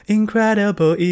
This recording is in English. Incredible